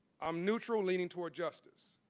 i'm neutral leaning towards justice.